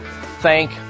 thank